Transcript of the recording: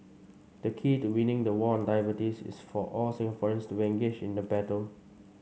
the key to winning the war on diabetes is for all Singaporeans to be engaged in the battle